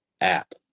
app